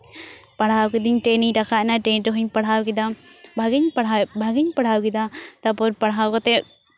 ᱯᱟᱲᱦᱟᱣ ᱠᱤᱫᱤᱧ ᱴᱮᱱᱤᱧ ᱨᱟᱠᱟᱵ ᱮᱱᱟ ᱴᱮᱱ ᱨᱮᱦᱚᱧ ᱯᱟᱲᱦᱟᱣ ᱠᱮᱫᱟ ᱵᱷᱟᱜᱮᱧ ᱯᱟᱲᱦᱟᱣ ᱮᱫ ᱵᱷᱟᱜᱮᱧ ᱯᱟᱲᱦᱟᱣ ᱠᱮᱫᱟ ᱛᱟᱨᱯᱚᱨ ᱯᱟᱲᱦᱟᱣ ᱠᱟᱛᱮᱫ